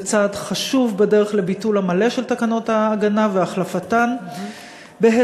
זה צעד חשוב בדרך לביטול המלא של תקנות ההגנה ולהחלפתן בהסדרים